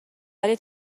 ولی